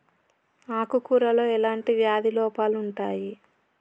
ఆకు కూరలో ఎలాంటి వ్యాధి లోపాలు ఉంటాయి?